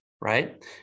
right